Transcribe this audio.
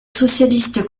socialistes